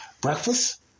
Breakfast